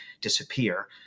disappear